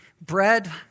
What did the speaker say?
bread